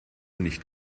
nicht